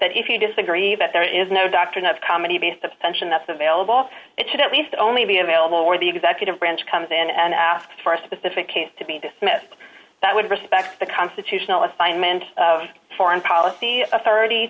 that if you disagree that there is no doctrine of comedy based of tension that's of a although it should at least only be available when the executive branch comes in and asks for a specific case to be dismissed that would respect the constitutional assignment of foreign policy authority